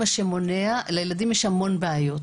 לילדים יש המון בעיות,